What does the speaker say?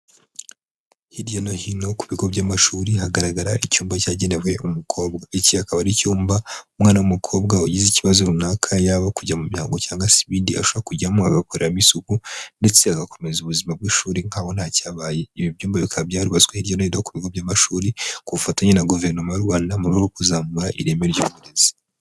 Hirya no hino ku bigo by'amashuri hagaragara icyumba cyagenewe umukobwa. Iki akaba ari icyumba umwana w'umukobwa ugize ikibazo runaka yaba kujya mu mihango cyangwa se ibindi ashobora kujyamo agakoreramo isuku, ndetse agakomeza ubuzima bw'ishuri nkaho nta cyabaye. Ibi byumba bikaba byarubatswe hirya no hino ku bigo by'amashuri ku bufatanye na Guverinoma y'u Rwanda mu rwego rwo kuzamura ireme ry'uburezi.